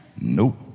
Nope